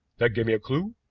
that gave me a clew.